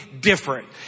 different